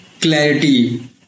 clarity